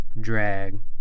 drag